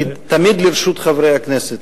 אני תמיד לרשות חברי הכנסת.